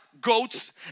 goats